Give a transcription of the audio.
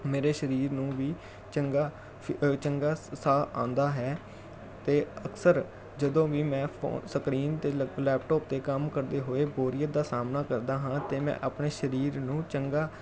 ਮੇਰੇ ਸਰੀਰ ਨੂੰ ਵੀ ਚੰਗਾ ਫਿ ਅ ਚੰਗਾ ਸ ਸਾਹ ਆਉਂਦਾ ਹੈ ਅਤੇ ਅਕਸਰ ਜਦੋਂ ਵੀ ਮੈਂ ਫੋਨ ਸਕਰੀਨ ਅਤੇ ਲਪ ਲੈਪਟਾਪ 'ਤੇ ਕੰਮ ਕਰਦੇ ਹੋਏ ਬੋਰੀਅਤ ਦਾ ਸਾਹਮਣਾ ਕਰਦਾ ਹਾਂ ਤਾਂ ਮੈਂ ਆਪਣੇ ਸਰੀਰ ਨੂੰ ਚੰਗਾ